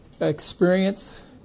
experience